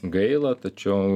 gaila tačiau